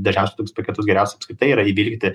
dažniausiai tokius piketus geriausia apskritai yra įvykdyti